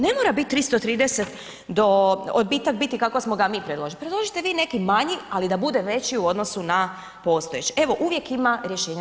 Ne mora biti 330 do, odbitak biti kako smo ga mi predložili, predložite vi neki manji ali da bude veći u odnosu na postojeći, evo uvijek ima rješenja.